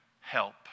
help